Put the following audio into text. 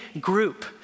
group